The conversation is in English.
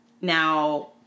now